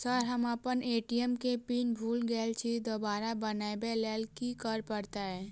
Sir हम अप्पन ATM केँ पिन भूल गेल छी दोबारा बनाबै लेल की करऽ परतै?